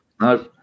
No